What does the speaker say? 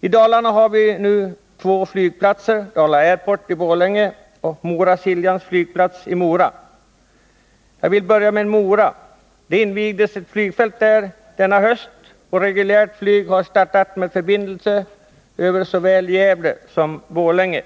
I Dalarna har vi nu två flygplatser, Dala Airport i Borlänge och Mora/Siljans flygplats i Mora. Jag vill börja med att säga några ord om Mora. Flygfältet där invigdes denna höst, och reguljärt flyg har startat med förbindelse till såväl Gävle som Borlänge.